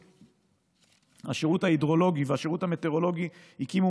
השירות ההידרולוגי והשירות המטאורולוגי הקימו